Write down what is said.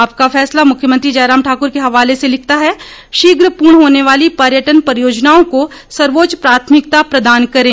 आपका फैसला मुख्यमंत्री जयराम ठाकुर के हवाले से लिखता है शीर्घ पूर्ण होने वाली पर्यटन परियोजनाओं को सर्वोच्च प्राथमिकता प्रदान करें